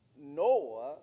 Noah